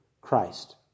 Christ